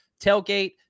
Tailgate